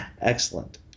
Excellent